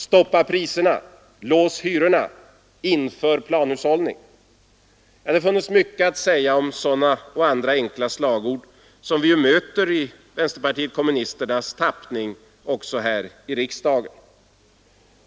”Stoppa priserna.” — ”Lås hyrorna.” — ”Inför planhushållning.” Det funnes mycket att säga om sådana och andra enkla slagord som vi möter i vänsterpartiet kommunisternas tappning också här i riksdagen.